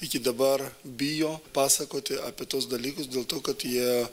iki dabar bijo pasakoti apie tuos dalykus dėl to kad jie